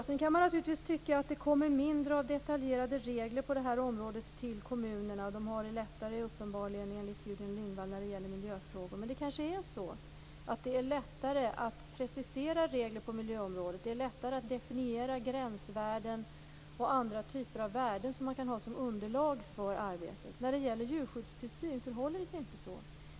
Sedan kan man naturligtvis tycka att det kommer mindre av detaljerade regler på det här området till kommunerna. De har enligt Gudrun Lindvall det uppenbarligen lättare när det gäller miljöfrågor. Det kanske är så att det är lättare att precisera regler på miljöområdet. Det är lättare att definiera gränsvärden och andra typer av värden som man kan ha som underlag för arbetet. När det gäller djurskyddstillsyn förhåller det sig inte så.